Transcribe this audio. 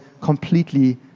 completely